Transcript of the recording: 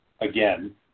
again